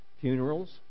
funerals